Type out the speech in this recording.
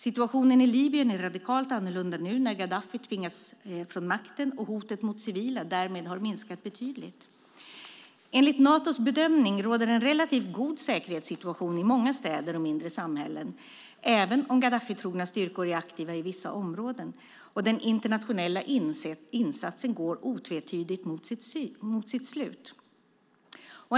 Situationen i Libyen är radikalt annorlunda nu när Gaddafi tvingats från makten och hotet mot civila därmed har minskat betydligt. Enligt Natos bedömning råder en relativt god säkerhetssituation i många städer och mindre samhällen, även om Gaddafitrogna styrkor är aktiva i vissa områden. Den internationella insatsen går otvetydigt mot sitt slut.